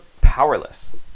powerless